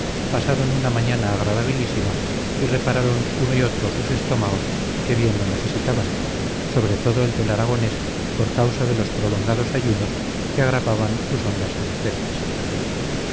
pasaron una mañana agradabilísima y repararon uno y otro sus estómagos que bien lo necesitaban sobre todo el del aragonés por causa de los prolongados ayunos que agravaban sus hondas tristezas